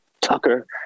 Tucker